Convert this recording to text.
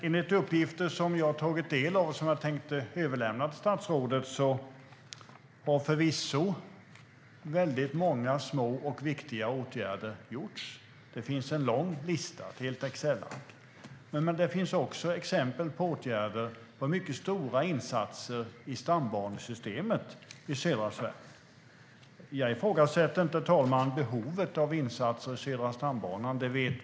Enligt uppgifter som jag har tagit del av och som jag tänkte överlämna till statsrådet har förvisso många små och viktiga åtgärder vidtagits. Det finns en lång lista, ett helt Excelark. Men det finns också exempel på åtgärder med mycket stora insatser i stambanesystemet i södra Sverige. Herr talman! Jag ifrågasätter inte behovet av insatser i Södra stambanan.